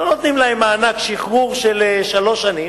לא נותנים להם מענק שחרור של שלוש שנים,